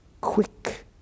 Quick